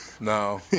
No